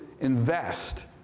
invest